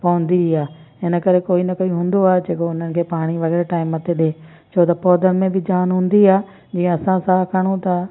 पवंदी ई आग्हे हिन करे कोई न कोई हूंदो आहे जेको उन्हनि जे पाणी वग़ैरह टाइम ते ॾिए छो जो पौधनि में बि जान हूंदी आहे जीअं असां साहु खणू तां